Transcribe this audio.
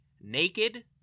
naked